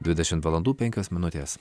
dvidešimt valandų penkios minutės